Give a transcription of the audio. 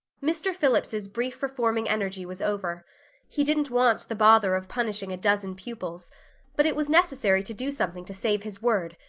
mr. phillips's brief reforming energy was over he didn't want the bother of punishing a dozen pupils but it was necessary to do something to save his word,